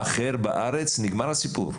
אחר בארץ, נגמר הסיפור.